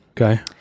Okay